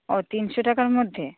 ᱚ ᱛᱤᱱ ᱥᱚ ᱴᱟᱠᱟᱨ ᱢᱚᱫᱽᱫᱷᱮ